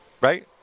right